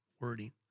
wording